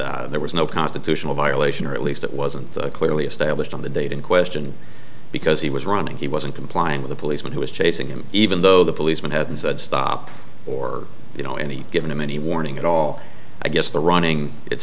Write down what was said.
that there was no constitutional violation or at least it wasn't clearly established on the date in question because he was running he wasn't complying with the policeman who was chasing him even though the policeman hadn't said stop or you know any given him any warning at all i guess the running it